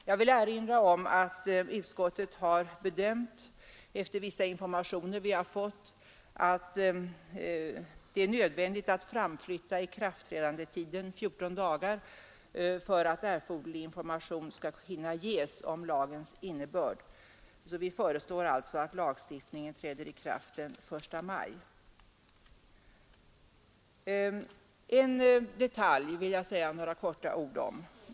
Jag vill också erinra om att utskottet efter vissa informationer som vi fått har bedömt det som nödvändigt att framflytta ikraftträdandetiden 14 dagar för att erforderlig information skall hinna ges om lagens innebörd. Vi föreslår därför att lagstiftningen träder i kraft den 1 maj. Sedan är det ytterligare en detalj som jag vill säga något om.